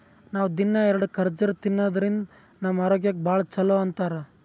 ನಾವ್ ದಿನ್ನಾ ಎರಡ ಖರ್ಜುರ್ ತಿನ್ನಾದ್ರಿನ್ದ ನಮ್ ಆರೋಗ್ಯಕ್ ಭಾಳ್ ಛಲೋ ಅಂತಾರ್